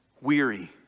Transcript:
weary